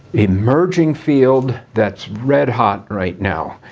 emerging field that's red hot right now.